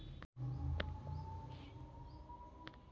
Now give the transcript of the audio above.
ಗೋಂಜಾಳ ಫಸಲಿಗೆ ಮೋಹಕ ಬಲೆ ಹಾಕಬಹುದೇ?